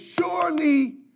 surely